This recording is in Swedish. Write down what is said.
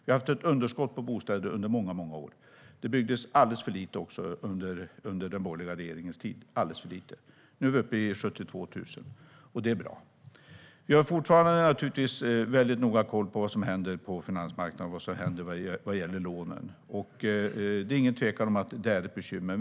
Vi har haft ett underskott på bostäder under många år. Det byggdes alldeles för lite under den borgerliga regeringens tid - alldeles för lite. Nu är vi uppe i 72 000 bostäder, och det är bra. Vi håller fortfarande noga koll på vad som händer på finansmarknaden vad gäller lånen. Det är inget tvivel om att det är ett bekymmer.